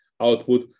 output